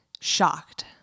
shocked